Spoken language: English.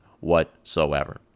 whatsoever